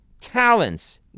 talents